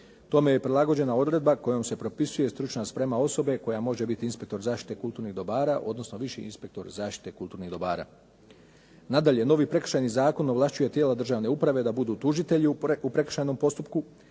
Tome je prilagođena odredba kojom se propisuje stručna sprema osobe koja može biti inspektor zaštite kulturnih dobara, odnosno viši inspektor zaštite kulturnih dobara. Nadalje, novi Prekršajni zakon ovlašćuje tijela državne uprave da budu tužitelji u prekršajnom postupku,